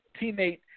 teammate